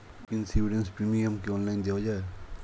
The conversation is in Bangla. ইন্সুরেন্স প্রিমিয়াম কি অনলাইন দেওয়া যায়?